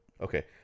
Okay